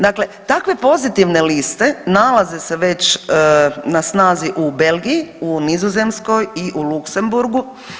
Dakle, takve pozitivne liste nalaze se već na snazi u Belgiji, u Nizozemskoj i u Luksemburgu.